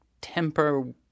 temper